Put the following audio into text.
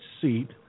seat